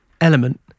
element